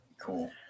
Cool